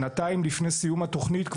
כשנתיים לפני סיום התוכנית,